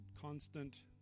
constant